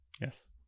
Yes